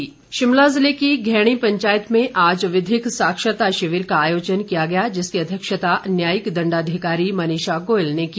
विधिक साक्षरता शिमला जिले की घैणी पंचायत में आज विधिक साक्षरता शिविर का आयोजन किया गया जिसकी अध्यक्षता न्यायिक दण्डाधिकारी मनीषा गोयल ने की